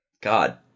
God